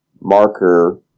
marker